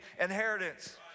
inheritance